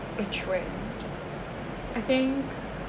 a trend I think